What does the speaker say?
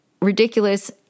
ridiculous